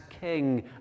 King